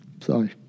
Sorry